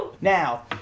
Now